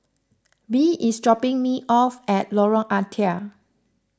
Bee is dropping me off at Lorong Ah Thia